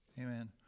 Amen